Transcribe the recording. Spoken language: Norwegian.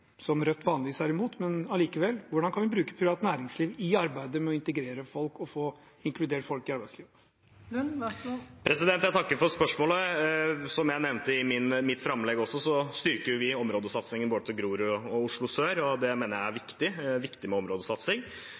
som Rødt vanligvis er imot, men allikevel – i arbeidet med å integrere og få inkludert folk i arbeidslivet. Jeg takker for spørsmålet. Som jeg nevnte i mitt framlegg, styrker vi områdesatsingene til både Grorud og Oslo sør, og det mener jeg er viktig. Det er viktig med områdesatsing.